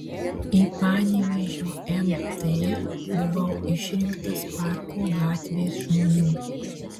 į panevėžio mt buvau išrinktas parko gatvės žmonių